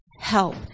help